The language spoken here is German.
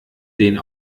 den